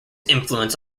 influence